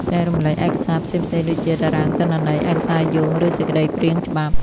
ចែករំលែក ឯកសារ ផ្សេងៗដូចជា តារាងទិន្នន័យ ឯកសារយោង ឬសេចក្តីព្រាងច្បាប់។